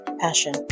passion